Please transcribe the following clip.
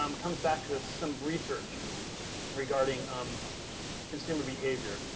um comes back to a some research regarding um consumer behavior.